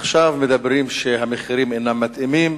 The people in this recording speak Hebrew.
ועכשיו אומרים שהמחירים אינם מתאימים,